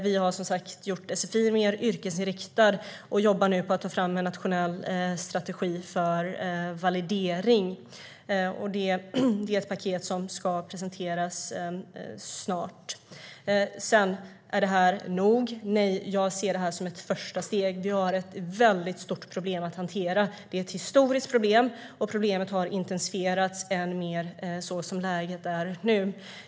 Vi har som sagt gjort sfi mer yrkesinriktad och jobbar nu på att ta fram en nationell strategi för validering. Det är ett paket som ska presenteras snart. Är detta nog? Nej, jag ser det som ett första steg. Vi har ett stort problem att hantera. Det är ett historiskt problem, och det har intensifierats ännu mer så som läget är nu.